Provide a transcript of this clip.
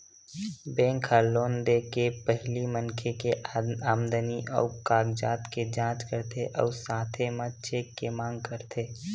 bank ह loan दे के पहिली मनखे के आमदनी अउ कागजात के जाँच करथे अउ साथे म चेक के मांग करथे